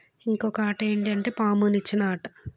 ఇంకొక ఆట ఏంటంటే పాము నిచ్చెన ఆట